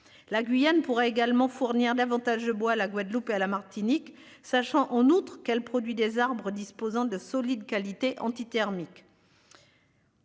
La Guyane pourra également fournir davantage bois la Guadeloupe et à la Martinique. Sachant en outre qu'elle produit des arbres disposant de solides qualités anti-thermiques.--